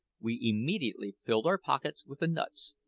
we immediately filled our pockets with the nuts,